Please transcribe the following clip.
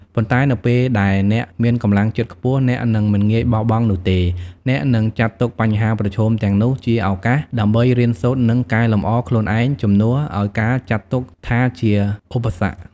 ប៉ុន្តែនៅពេលដែលអ្នកមានកម្លាំងចិត្តខ្ពស់ អ្នកនឹងមិនងាយបោះបង់នោះទេ។ អ្នកនឹងចាត់ទុកបញ្ហាប្រឈមទាំងនោះជាឱកាសដើម្បីរៀនសូត្រ និងកែលម្អខ្លួនឯង ជំនួសឱ្យការចាត់ទុកថាជាឧបសគ្គ។